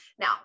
Now